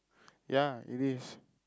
ya it is